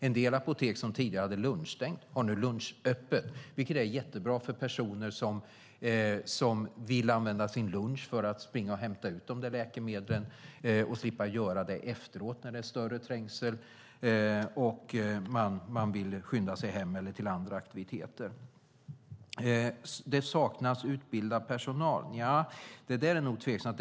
En del apotek som tidigare hade lunchstängt har nu lunchöppet, vilket är jättebra för personer som vill använda sin lunch för att springa och hämta ut läkemedlen och slippa göra det efteråt, när det är större trängsel och man vill skynda sig hem eller till andra aktiviteter. Eva-Lena Jansson säger att det saknas utbildad personal. Nja, det är tveksamt.